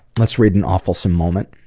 let's read an awfulsome moment.